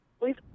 Please